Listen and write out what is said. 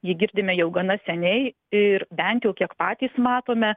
jį girdime jau gana seniai ir bent jau kiek patys matome